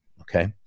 Okay